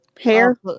Hair